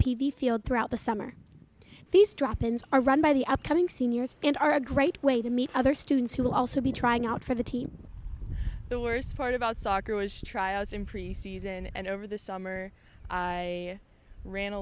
v field throughout the summer these drop ins are run by the upcoming seniors and are a great way to meet other students who will also be trying out for the team the worst part about soccer trials in pre season and over the summer i ran a